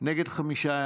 נתקבלה.